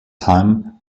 time